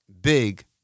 Big